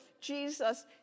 Jesus